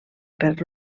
por